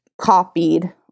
copied